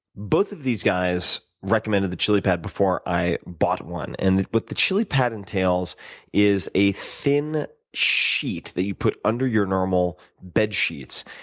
both of these guys recommended the chili pad before i bought one. and what the chili pad entails is a thin sheet that you put under your normal bed sheets.